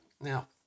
Now